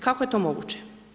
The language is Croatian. Kako je to moguće?